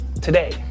today